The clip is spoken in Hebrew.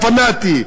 הפנאטי,